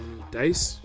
Dice